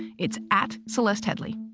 it's at celeste headlee.